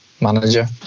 manager